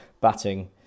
batting